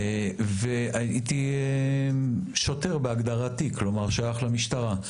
והייתי שוטר בהגדרתי, כלומר שייך למשטרה.